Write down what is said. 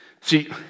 See